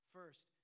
First